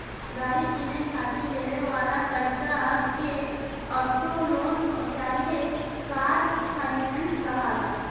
गाड़ी किने खातिर लेवे वाला कर्जा के ऑटो लोन चाहे कार फाइनेंस कहाला